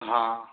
हाँ